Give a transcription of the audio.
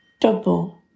Double